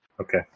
Okay